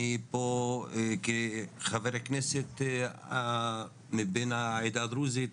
אני פה כחבר הכנסת מבין העדה הדרוזית,